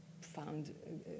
found